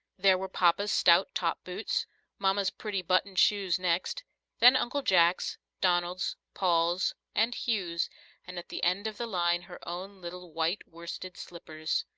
there were papa's stout top boots mama's pretty buttoned shoes next then uncle jack's, donald's, paul's and hugh's and at the end of the line her own little white worsted slippers.